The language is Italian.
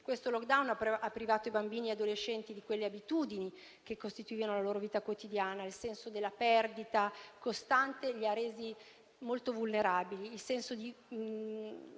Questo *lockdown* ha privato bambini e adolescenti di quelle abitudini che costituivano la loro vita quotidiana; il senso della perdita costante li ha resi molto vulnerabili.